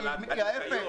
אבל הניקיון